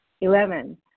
Eleven